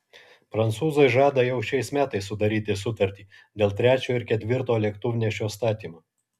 prancūzai žada jau šiais metais sudaryti sutartį dėl trečio ir ketvirto lėktuvnešio statymo